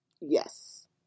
Yes